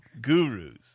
gurus